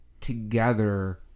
together